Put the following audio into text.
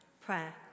Prayer